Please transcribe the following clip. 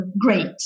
great